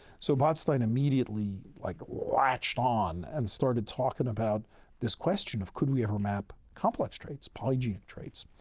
so, botstein immediately, like, latched on and started talking about this question of could we ever map complex traits, polygenic traits.